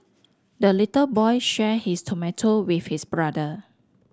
the little boy shared his tomato with his brother